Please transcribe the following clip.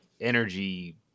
energy